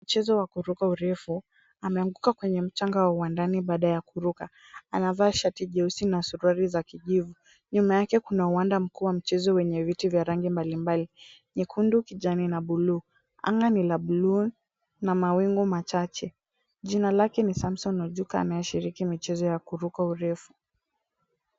Mchezo wa kuruka urefu. Ameanguka kwenye mchanga wa wandani baada ya kuruka. Anavaa shati jeusi na suruali za kijivu. Nyuma yake kuna uwanda mkuu wa mchezo, wenye viti vya rangi mbalimbali, nyekundu, kijani na blue . Angani ni la blue na mawingu machache. Jina lake ni Samson Ojuka anayeshiriki mchezo wa kuruka urefu.